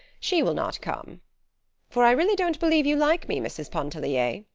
she will not come for i really don't believe you like me, mrs. pontellier.